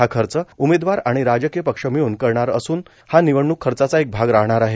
हा खर्च उमेदवार आणि राजकीय पक्ष मिळून करणार असून हा निवडणूक खर्चाचा एक भाग राहणार आहे